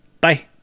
Bye